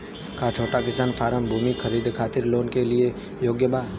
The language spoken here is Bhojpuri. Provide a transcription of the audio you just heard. का छोटा किसान फारम भूमि खरीदे खातिर लोन के लिए योग्य बा?